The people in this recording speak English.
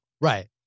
Right